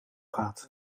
gaat